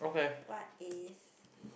what is